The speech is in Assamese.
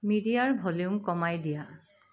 মিডিয়াৰ ভলিউম কমাই দিয়া